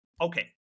Okay